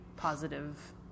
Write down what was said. positive